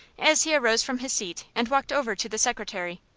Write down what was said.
as he arose from his seat, and walked over to the secretary.